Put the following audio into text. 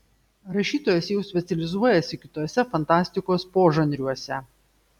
rašytojas jau specializuojasi kituose fantastikos požanriuose